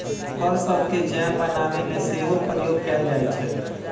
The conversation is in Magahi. फल सभके जैम बनाबे में सेहो प्रयोग कएल जाइ छइ